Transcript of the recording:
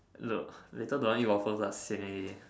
look later don't eat waffles lah sian already